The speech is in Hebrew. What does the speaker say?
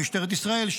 משטרת ישראל,